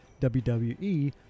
WWE